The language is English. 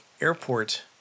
airport